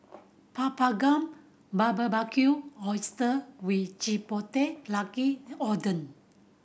Papadum Barbecued Oyster with Chipotle Oden